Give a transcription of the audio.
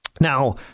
Now